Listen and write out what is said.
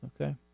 Okay